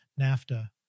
NAFTA